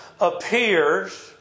appears